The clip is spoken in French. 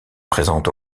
présente